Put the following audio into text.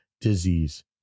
disease